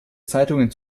zeitungen